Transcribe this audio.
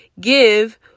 give